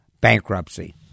bankruptcy